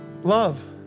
Love